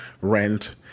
rent